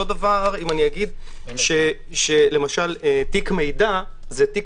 אותו דבר אם אני אגיד למשל שתיק מידע זה תיק